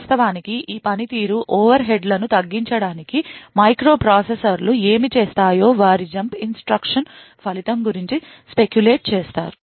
వాస్తవానికి ఈ పనితీరు ఓవర్హెడ్లను తగ్గించడానికి మైక్రోప్రాసెసర్లు ఏమి చేస్తాయో వారు జంప్ ఇన్స్ట్రక్షన్ ఫలితం గురించి speculate చేస్తారు